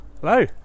Hello